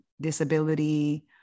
disability